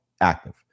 active